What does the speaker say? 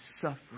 suffering